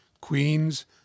Queens